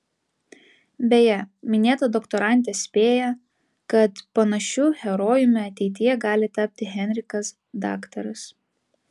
beje minėta doktorantė spėja kad panašiu herojumi ateityje gali tapti henrikas daktaras